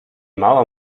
mauer